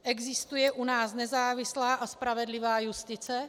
Existuje u nás nezávislá a spravedlivá justice?